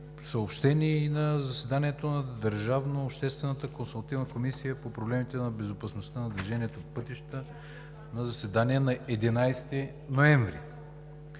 съобщени и на заседанието на Държавно обществената консултативна комисия по проблемите на безопасността на движение по пътищата на 11 ноември